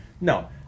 No